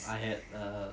I had err